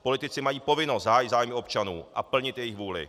Politici mají povinnost hájit zájmy občanů a plnit jejich vůli.